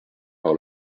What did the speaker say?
par